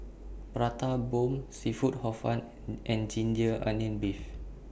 Prata Bomb Seafood Hor Fun and Ginger Onions Beef